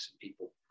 people